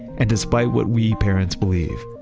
and despite what we parents believe,